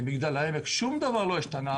שום דבר לא ישתנה